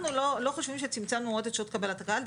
אנחנו לא חושבים שצמצמנו את שעות קבלת הקהל.